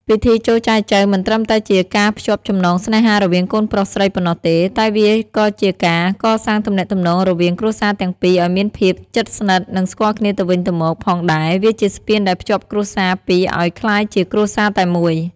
ពិធីចូលចែចូវមិនត្រឹមតែជាការភ្ជាប់ចំណងស្នេហារវាងកូនប្រុសស្រីប៉ុណ្ណោះទេ តែវាក៏ជាការ កសាងទំនាក់ទំនង រវាង គ្រួសារទាំងពីរ ឲ្យមានភាព ជិតស្និទ្ធ និង ស្គាល់គ្នាទៅវិញទៅមក ផងដែរ វាជាស្ពានដែលភ្ជាប់គ្រួសារពីរឲ្យក្លាយជាគ្រួសារតែមួយ។